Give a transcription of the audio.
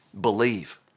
believe